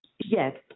Yes